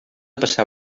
passar